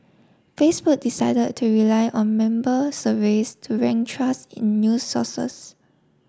Facebook decide to rely on member surveys to rank trust in news sources